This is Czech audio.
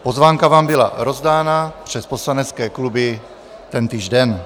Pozvánka vám byla rozdána přes poslanecké kluby tentýž den.